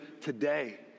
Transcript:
today